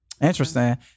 Interesting